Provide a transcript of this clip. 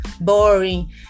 boring